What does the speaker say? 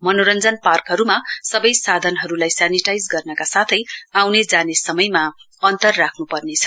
मनोरञ्जन पार्कहरूमा सबै साधनहरूलाई सेनिटाइज गर्नका साथै र आउने जाने समयमा अन्तर राख्नुपर्नेछ